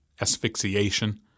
asphyxiation